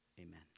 Amen